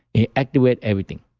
it activates everything.